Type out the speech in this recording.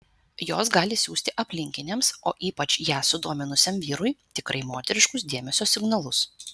jos gali siųsti aplinkiniams o ypač ją sudominusiam vyrui tikrai moteriškus dėmesio signalus